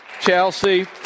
Chelsea